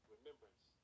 Remembrance